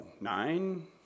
nine